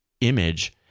image